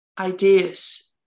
ideas